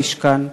במשכן הכנסת.